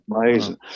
amazing